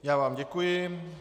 Já vám děkuji.